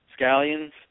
scallions